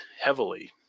heavily